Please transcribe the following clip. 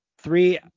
Three